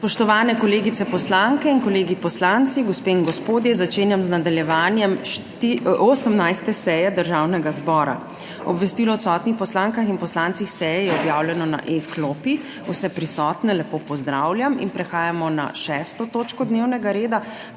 Spoštovani kolegice poslanke in kolegi poslanci, gospe in gospodje! Začenjam z nadaljevanjem 18. seje Državnega zbora. Obvestilo o odsotnih poslankah in poslancih seje je objavljeno na e-klopi. Vse prisotne lepo pozdravljam! Prehajamo na 6. TOČKO DNEVNEGA REDA,